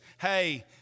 hey